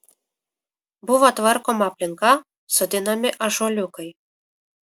buvo tvarkoma aplinka sodinami ąžuoliukai